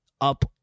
up